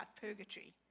purgatory